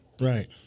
Right